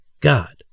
God